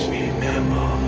remember